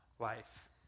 Life